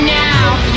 now